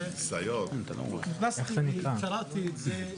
נכנסתי וקראתי את זה,